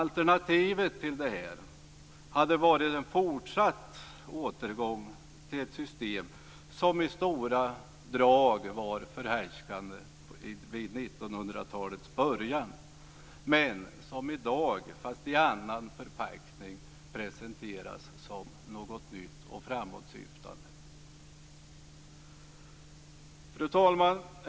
Alternativet till det här hade varit en fortsatt återgång till ett system som i stora drag var förhärskande vid 1900-talets början men som i dag, fast i annan förpackning, presenteras som något nytt och framåtsyftande. Fru talman!